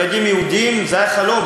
לילדים יהודים זה היה חלום,